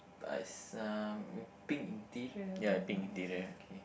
buy some pink interior okay